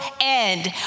end